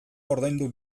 ordaindu